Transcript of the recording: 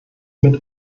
mit